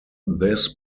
this